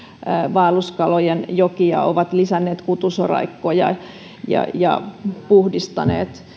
vaelluskalojen jokia ovat lisänneet kutusoraikkoja ja ja puhdistaneet